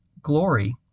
glory